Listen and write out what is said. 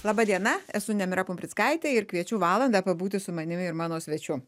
laba diena esu nemira pumprickaitė ir kviečiu valandą pabūti su manimi ir mano svečiu